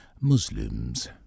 Muslims